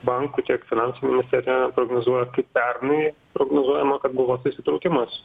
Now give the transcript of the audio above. bankų tiek finansų ministerija prognozuoja kaip pernai prognozuojama kad buvo susitraukimas